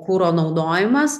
kuro naudojimas